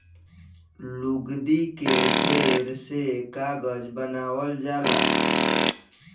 लुगदी के ढेर से कागज बनावल जाला